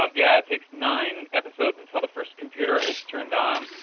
um yeah takes nine episodes until the first computer is turned on,